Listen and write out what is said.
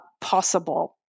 possible